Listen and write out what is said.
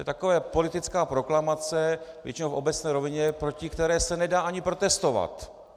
To je taková politická proklamace, většinou v obecné rovině, proti které se nedá ani protestovat.